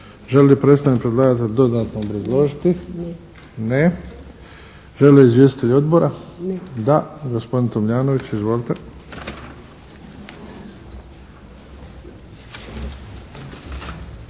li predstavnik predlagatelja dodatno obrazložiti? Ne. Žele li izvjestitelji odbora? Da. Gospodine Tomljanoviću. Izvolite.